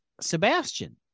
Sebastian